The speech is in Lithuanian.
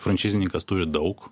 frančizininkas turi daug